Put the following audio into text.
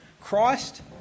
Christ